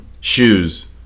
shoes